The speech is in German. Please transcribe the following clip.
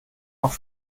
auf